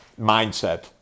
mindset